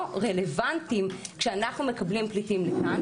רלוונטיים כשאנחנו מקבלים פליטים לכאן.